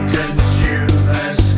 consumers